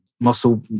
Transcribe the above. muscle